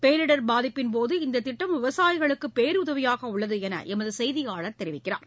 பேரிடர் பாதிப்பின்போது இந்ததிட்டம் விவசாயிகளுக்குபேருதவியாகஉள்ளதுஎனஎமதுசெய்தியாளர் தெரிவிக்கிறார்